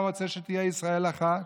מי לא היה רוצה שתהיה ישראל אחת?